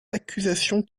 accusation